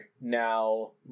now